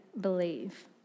believe